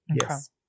Yes